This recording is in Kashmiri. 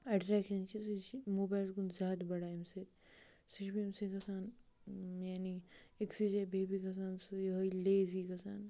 اَٹرٛیکشَن چھِ سُہ چھِ موبایِلَس کُن زیادٕ بَڑان اَمہِ سۭتۍ سُہ چھُ بیٚیہِ أمۍ سۭتۍ گژھان یعنی أکۍسٕے جایہِ بِہہ بِہہِ گَژھان سُہ یِہوٚے لیزی گَژھان